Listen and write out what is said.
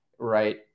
right